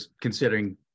considering